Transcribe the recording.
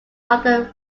rather